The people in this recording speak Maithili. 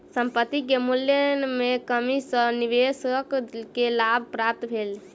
संपत्ति के मूल्य में कमी सॅ निवेशक के लाभ प्राप्त भेल